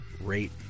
rate